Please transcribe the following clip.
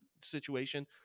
situation